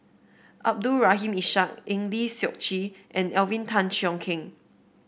Abdul Rahim Ishak Eng Lee Seok Chee and Alvin Tan Cheong Kheng